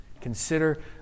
Consider